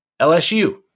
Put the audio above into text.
LSU